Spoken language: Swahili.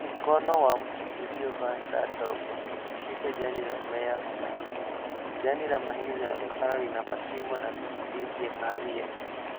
Mkono wa mtu uliovaa saa ndogo ukishika jani la mmea la mahindi. Jani la mahindi linaonekana lina mashimo na michirizi ya kahawia